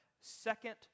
second